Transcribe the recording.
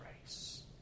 grace